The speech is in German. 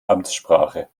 amtssprache